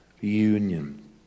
union